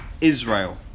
Israel